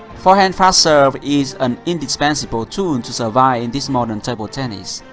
forehand fast serve is an indispensable tool to survive in this modern table tennis.